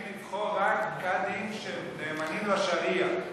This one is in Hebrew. עיסאווי, תקפיד לבחור רק קאדים שהם נאמנים לשריעה.